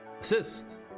Assist